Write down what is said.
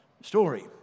story